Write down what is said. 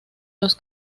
los